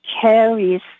carries